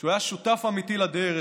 הוא היה שותף אמיתי לדרך,